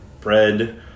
bread